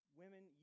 women